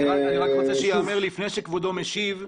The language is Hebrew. לפני שכבודו משיב,